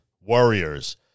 warriors